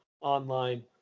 online